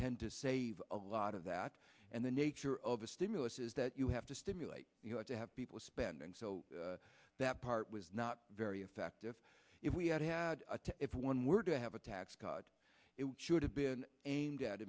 tend to save a lot of that and the nature of a stimulus is that you have to stimulate to have people spending so that part was not very effective if we had had to if one were to have a tax cut it should have been aimed at